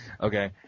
Okay